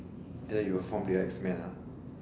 then you will form the X men ah